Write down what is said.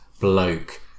bloke